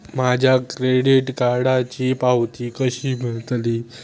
माझ्या क्रेडीट कार्डची पावती कशी मिळतली?